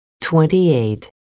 Twenty-eight